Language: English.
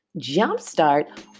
jumpstart